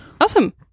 Awesome